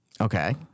Okay